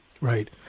Right